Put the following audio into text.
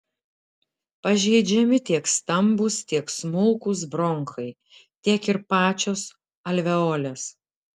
pažeidžiami tiek stambūs tiek smulkūs bronchai tiek ir pačios alveolės